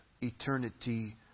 eternity